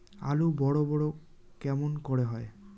আলু বড় বড় কেমন করে হয়?